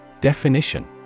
Definition